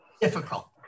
difficult